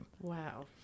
Wow